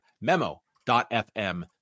memo.fm